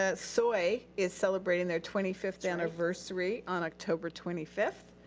ah soy is celebrating their twenty fifth anniversary on october twenty fifth.